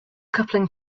coupling